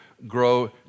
Grow